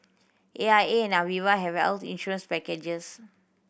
A I A and Aviva have health insurance packages